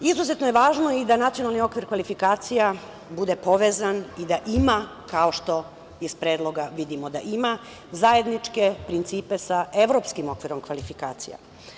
Izuzetno je važno i da Nacionalni okvir kvalifikacija bude povezan i da ima, kao što iz predloga vidimo da ima, zajedničke principe sa Evropskim okvirom kvalifikacija.